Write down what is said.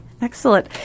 Excellent